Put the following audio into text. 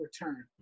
return